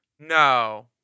No